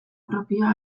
propioa